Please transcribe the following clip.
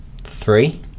three